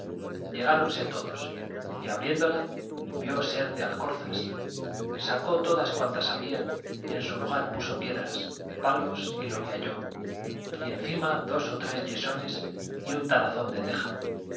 gente llegáronse todos y abriéndola vio ser de alcorzas sacó todas cuantas había y en su lugar puso piedras palos y lo que halló y encima dos o tres yesones y un tarazón de teja